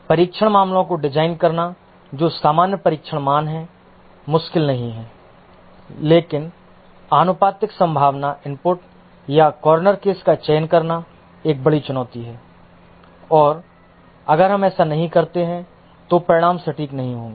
परीक्षण मामलों को डिजाइन करना जो सामान्य परीक्षण मान हैं मुश्किल नहीं है लेकिन आनुपातिक संभावना इनपुट या कॉर्नर केस का चयन करना एक बड़ी चुनौती है और अगर हम ऐसा नहीं करते हैं तो परिणाम सटीक नहीं होंगे